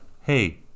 Hey